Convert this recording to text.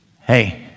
Hey